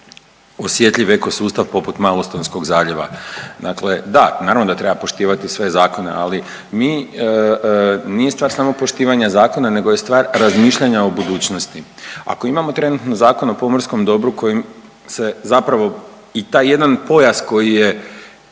osjetljiv ekosustav poput Malostonskog zaljeva. Dakle da, naravno, da treba poštivati sve zakone, ali mi, nije stvar samo poštivanja zakona nego je stvar razmišljanja o budućnosti. Ako imamo trenutno Zakon o pomorskom dobru kojim se zapravo i taj jedan pojas koji je